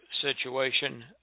situation